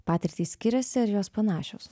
patirtys skiriasi ar jos panašios